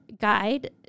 guide